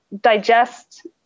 digest